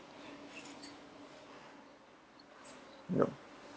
yup